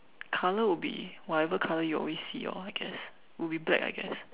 color would be whatever color you always see lor I guess will be black I guess